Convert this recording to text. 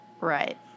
Right